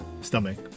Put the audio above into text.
stomach